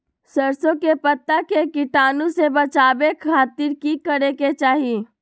सरसों के पत्ता के कीटाणु से बचावे खातिर की करे के चाही?